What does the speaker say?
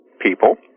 people